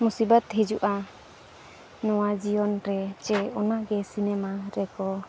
ᱢᱩᱥᱤᱵᱟᱛ ᱦᱤᱡᱩᱜᱼᱟ ᱱᱚᱣᱟ ᱡᱤᱭᱚᱱᱨᱮ ᱪᱮ ᱚᱱᱟᱜᱮ ᱨᱮᱠᱚ